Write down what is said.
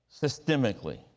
systemically